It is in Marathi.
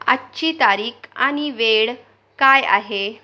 आजची तारीख आणि वेळ काय आहे